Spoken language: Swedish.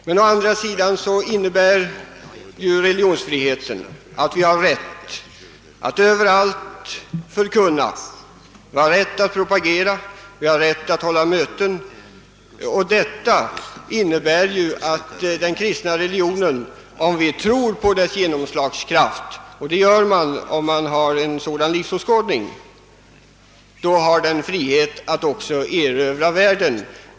Men å andra sidan innebär religionsfriheten att vi har rätt att överallt förkunna, att propagera, att hålla möten. Om man tror på den kristna religionens genomslagskraft — och det gör den som har en kristen livsåskådning — anser man också att religionen har möjligheten att »erövra världen».